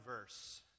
verse